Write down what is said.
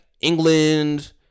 England